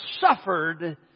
suffered